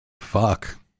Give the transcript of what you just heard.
fuck